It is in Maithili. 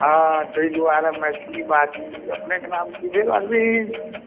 हाँ ताहि दुआरे मैथिली बाजी अपनेकेँ नाम की भेल अरविन्द